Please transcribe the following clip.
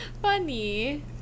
Funny